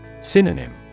Synonym